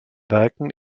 werken